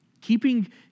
Keeping